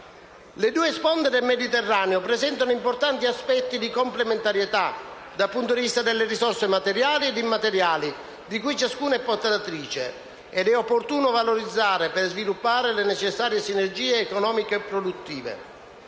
Le due sponde del Mediterraneo presentano importanti aspetti di complementarità, dal punto di vista delle risorse materiali e immateriali di cui ciascuna è portatrice, che è opportuno valorizzare, per sviluppare le necessarie sinergie economico-produttive.